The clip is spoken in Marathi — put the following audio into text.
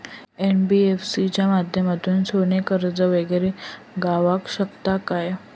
एन.बी.एफ.सी च्या माध्यमातून सोने कर्ज वगैरे गावात शकता काय?